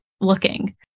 looking